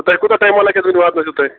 تۄہہِ کوٗتاہ ٹایِمہ لَگیو وٕنۍ واتنَس یوٚتام